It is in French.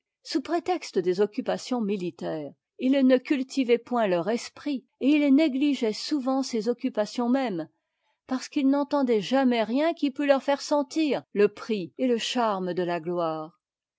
sous prétexte des occupations militaires ils ne cultivaient point leur esprit et ils négligeaient souvent ces occupations mêmes parce qu'ils n'entendaient jamais rien qui pût leur faire sentir le prix et le charme de la gloire